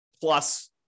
plus